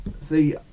see